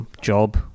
job